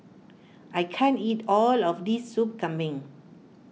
I can't eat all of this Soup Kambing